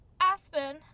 Aspen